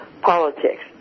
politics